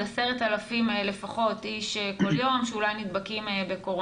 אתה אמרת שיש בינינו עוד 10,000 איש לפחות כל יום שאולי נדבקים בקורונה,